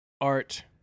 Art